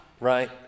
Right